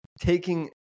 taking